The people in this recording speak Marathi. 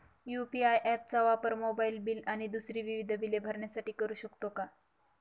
यू.पी.आय ॲप चा वापर मोबाईलबिल आणि दुसरी विविध बिले भरण्यासाठी करू शकतो का?